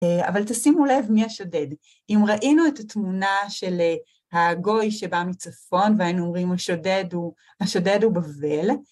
אבל תשימו לב מי השודד. אם ראינו את התמונה של הגוי שבא מצפון והיינו אומרים השודד הוא בבל,